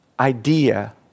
idea